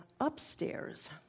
upstairs